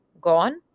gone